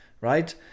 right